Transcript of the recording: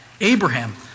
Abraham